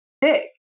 dick